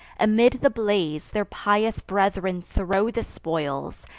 amid the blaze, their pious brethren throw the spoils,